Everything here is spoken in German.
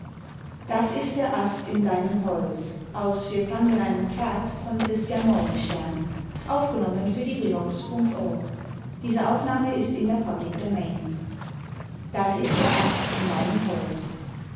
das ist der ast in deinem holz das ist der ast in deinem holz